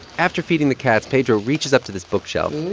after feeding the cats, pedro reaches up to this bookshelf.